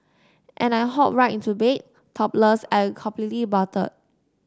and I hop right into bed topless and completely buttered